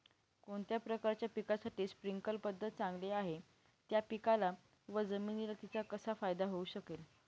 कोणत्या प्रकारच्या पिकासाठी स्प्रिंकल पद्धत चांगली आहे? त्या पिकाला व जमिनीला तिचा कसा फायदा होऊ शकेल?